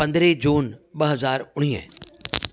पंद्रहं जून ॿ हज़ार उणिवीह